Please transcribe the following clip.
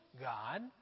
God